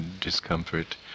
discomfort